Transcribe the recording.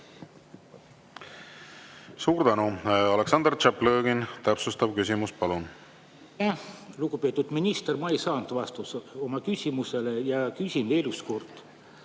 Suur tänu! Aleksandr Tšaplõgin, täpsustav küsimus, palun! Lugupeetud minister, ma ei saanud vastust oma küsimusele ja küsin veel kord.